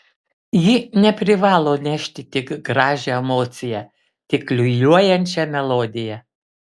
ji neprivalo nešti tik gražią emociją tik liūliuojančią melodiją